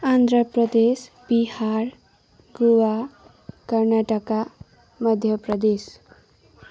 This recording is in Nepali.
आन्ध्रा प्रदेश बिहार गोवा कर्नाटक मध्य प्रदेश